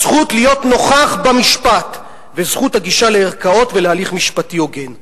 הזכות להיות נוכח במשפט וזכות הגישה לערכאות ולהליך משפטי הוגן".